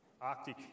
Arctic